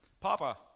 Papa